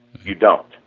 you don't,